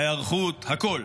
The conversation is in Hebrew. ההיערכות, הכול,